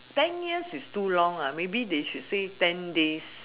ten years is too long lah maybe they should say ten days